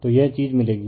तो यह चीज़ मिलेगी